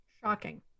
Shocking